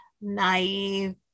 naive